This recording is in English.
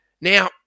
Now